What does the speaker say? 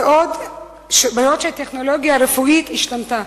בעוד שהטכנולוגיה הרפואית השתנתה